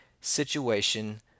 situation